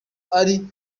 ari